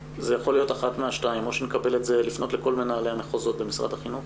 זה יכול להיות אחת משתיים - לפנות לכל מנהלי המחוזות במשרד החינוך